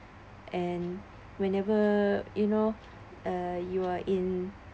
and whenever you know uh you are in